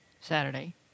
Saturday